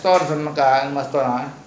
like store